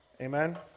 Amen